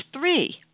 three